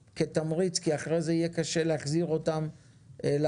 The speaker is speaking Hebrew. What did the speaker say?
כתמריץ, כי אחרי זה יהיה קשה להחזיר אותם לעבודה.